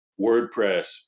WordPress